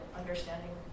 understanding